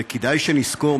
וכדאי שנזכור,